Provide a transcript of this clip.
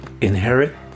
inherit